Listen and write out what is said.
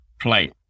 play